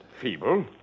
Feeble